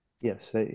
Yes